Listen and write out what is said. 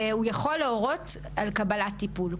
הוא יכול להורות על קבלת טיפול.